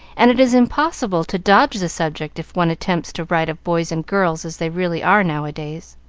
and it is impossible to dodge the subject if one attempts to write of boys and girls as they really are nowadays.